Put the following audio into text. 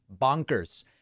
bonkers